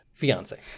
Fiance